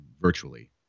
virtually